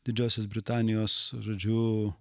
didžiosios britanijos žodžiu